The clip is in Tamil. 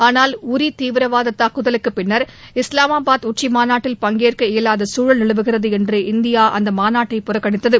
ஆளால் உரி தீவிரவாத தாக்குதலுக்கு பின்னர் இஸ்லாமாபாத் உச்சிமாநாட்டில் பங்கேற்க இயலாத சூழல் நிலவுகிறது என்று இந்தியா அந்த மாநாட்டை புறக்கணித்தது